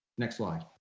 next slide.